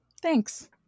Thanks